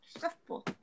shuffle